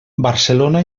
barcelona